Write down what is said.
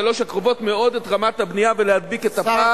שלוש השנים הקרובות את רמת הבנייה ולהדביק את הפער.